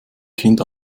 kind